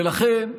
ולכן,